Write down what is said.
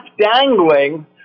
dangling